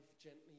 gently